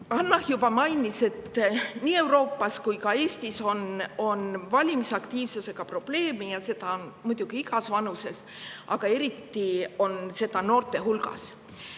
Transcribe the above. Hanah juba mainis, et nii [mujal] Euroopas kui ka Eestis on valimisaktiivsusega probleeme. Seda on muidugi igas vanuses, aga eriti on seda noorte hulgas.